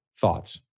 thoughts